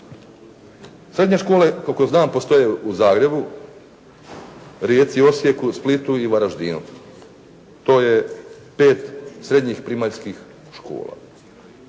Srednje škole, koliko znam postoje u Zagrebu, Rijeci, Osijeku, Splitu i Varaždinu, to je pet srednjih primaljskih škola.